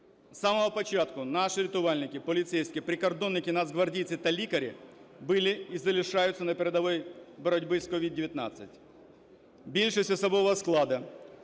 З самого початку наші рятувальники, поліцейські, прикордонники, нацгвардійці та лікарі були і залишаються на передовій боротьби з COVID-19. Більшість особового складу